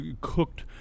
cooked